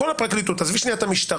בכל הפרקליטות עזבי את המשטרה